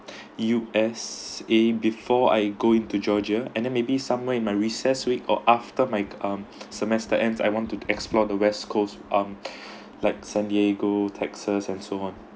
U_S_A before I go into georgia and then maybe somewhere in my recess week or after my um semester ends I want to explore the west coast um like san diego texas and so on